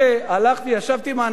הלכתי, ישבתי עם האנשים.